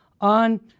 on